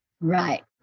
Right